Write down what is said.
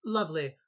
Lovely